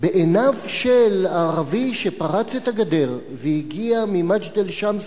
בעיניו של הערבי שפרץ את הגדר והגיע ממג'דל-שמס